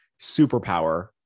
superpower